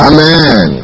Amen